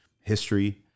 history